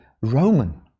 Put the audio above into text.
Roman